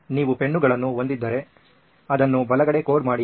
ನೀವು ಪೆನ್ನುಗಳನ್ನು ಹೊಂದಿದ್ದರೆ ಅದನ್ನು ಬಲಗಡೆ ಕೋಡ್ ಮಾಡಿ